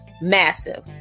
massive